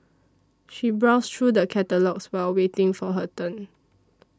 she browsed through the catalogues while waiting for her turn